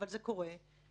אבל זה קורה - כשלפעמים